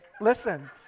listen